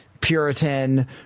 Puritan